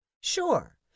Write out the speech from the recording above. Sure